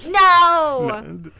no